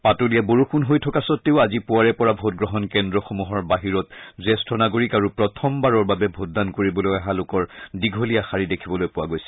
পাতলীয়া বৰষূণ হৈ থকা সত্বেও আজিপুৱাৰে পৰা ভোটগ্ৰহণ কেন্দ্ৰসমূহৰ বাহিৰত জ্যেষ্ঠ নাগৰিক আৰু প্ৰথমবাৰৰ বাবে ভোটাদান কৰিবলৈ অহা লোকৰ দীঘলীয়া শাৰী দেখিবলৈ পোৱা গৈছে